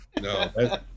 no